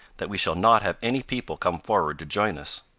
that we shall not have any people come forward to join us.